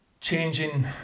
changing